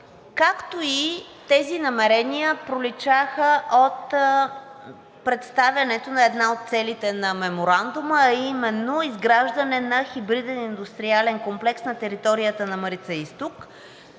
както и тези намерения проличаха от представянето на една от целите на Меморандума, а именно изграждане на хибриден индустриален комплекс на територията на Марица изток.